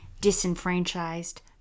disenfranchised